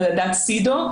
ועדת CEDAW,